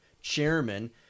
chairman